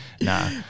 Nah